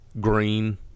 green